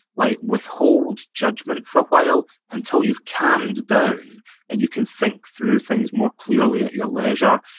like withhold judgment for a while, until you've calmed down and you can think through things more clearly at your leisure.